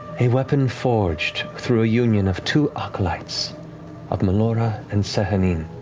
a weapon forged through a union of two acolytes of melora and sehanine,